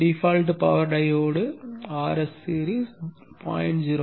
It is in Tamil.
default power diode Rs series 0